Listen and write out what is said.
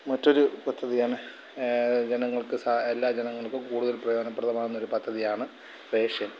മറ്റൊരു പദ്ധതിയാണ് ജനങ്ങൾക്ക് എല്ലാം ജനങ്ങൾക്കും കൂടുതൽ പ്രയോജനപ്രദമാകുന്ന ഒരു പദ്ധതിയാണ് റേഷൻ